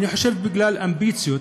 אני חושב בגלל אמביציות,